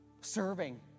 serving